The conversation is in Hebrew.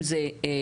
אם זה במקלט,